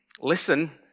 listen